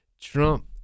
Trump